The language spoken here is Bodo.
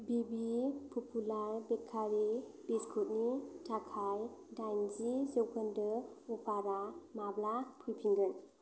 बि बि प'पुलार बेकारि बिस्कुटनि थाखाय दाइनजि जौखोन्दो अफारा माब्ला फैफिनगोन